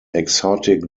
exotic